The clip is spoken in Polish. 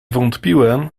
wątpiłem